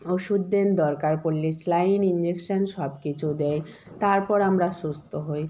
ওষুধ দেন দরকার পড়লে স্যালাইন ইনজেকশান সবকিছু দেয় তারপর আমরা সুস্থ হই